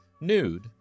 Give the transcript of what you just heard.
nude